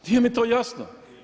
Nije mi to jasno.